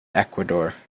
ecuador